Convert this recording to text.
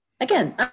again